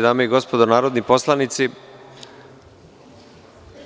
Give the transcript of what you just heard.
Dame i gospodo narodni poslanici,